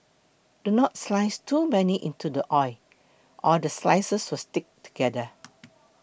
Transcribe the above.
do not slice too many into the oil or the slices will stick together